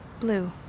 Blue